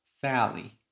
Sally